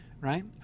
Right